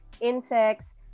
insects